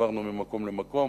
עברנו ממקום למקום.